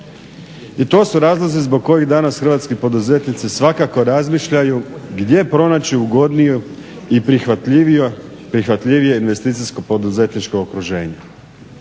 I to su razlozi zbog kojih danas hrvatski poduzetnici svakako razmišljaju gdje pronaći ugodnije i prihvatljivije investicijsko poduzetničko okruženje.